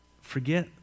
Forget